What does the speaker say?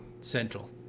Central